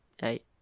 Hey